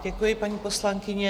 Děkuji, paní poslankyně.